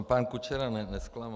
Pan Kučera nezklamal.